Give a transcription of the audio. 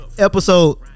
episode